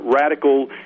radical